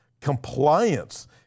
compliance